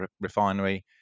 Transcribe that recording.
refinery